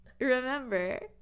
remember